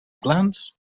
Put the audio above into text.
glans